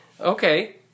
okay